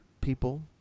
people